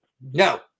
No